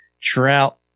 Trout